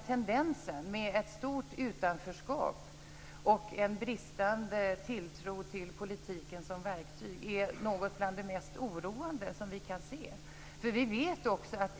Tendensen med ett stort utanförskap och en bristande tilltro till politiken som verktyg är något bland det mest oroande vi kan se.